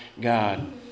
God